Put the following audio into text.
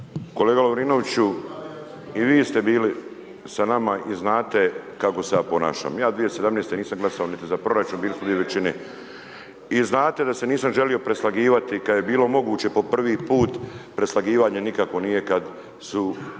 Kolega Lovirnovću i vi ste bili sa nama i znate kako se ja ponašam. Ja 2017. nisam glasao niti za proračun, bili smo mi u većini. I znate da se nisam želio preslagivati kada je bilo moguće po prvi put preslagivanje nikakvo nije kad su,